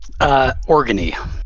Organy